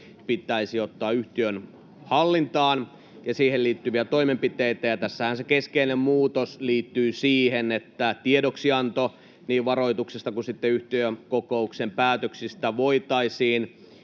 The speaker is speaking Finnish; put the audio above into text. pitäisi ottaa yhtiön hallintaan, ja siihen liittyviä toimenpiteitä. Tässähän se keskeinen muutos liittyy siihen, että tiedoksianto niin varoituksesta kuin yhtiökokouksen päätöksistä voitaisiin